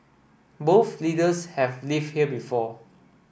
both leaders have lived here before